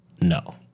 No